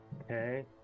Okay